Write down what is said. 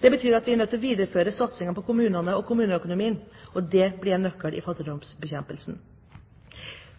Det betyr at vi er nødt til å videreføre satsingen på kommunene og på kommuneøkonomien, og dét blir en nøkkel i fattigdomsbekjempelsen.